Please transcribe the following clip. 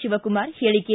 ಶಿವಕುಮಾರ ಹೇಳಿಕೆ